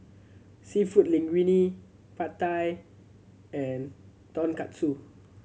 Seafood Linguine Pad Thai and Tonkatsu